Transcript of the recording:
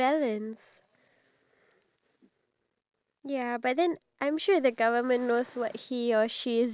some ya if you're like a private company then you have to ne~ you know negotiate with your boss if